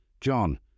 John